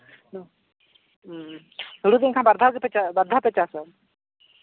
ᱦᱮᱸ ᱦᱩᱲᱩ ᱠᱚ ᱮᱱᱠᱷᱟᱱ ᱵᱟᱨ ᱫᱷᱟᱣ ᱜᱮᱯᱮ ᱪᱟᱥ ᱵᱟᱨ ᱫᱷᱟᱣ ᱯᱮ ᱪᱟᱥᱟ